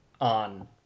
on